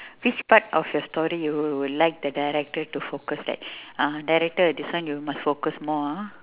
which part of your story you would like the director to focus at uh director this one you must focus more ah